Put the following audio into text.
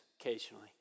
occasionally